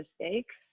mistakes